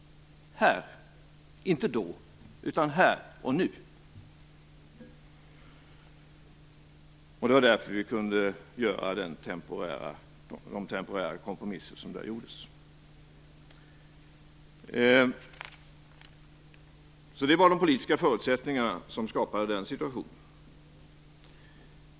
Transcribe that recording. Inte då, utan här och nu. Därför kunde vi göra de temporära kompromisser som gjordes. Det var alltså de politiska förutsättningarna som skapade den situationen.